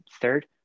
third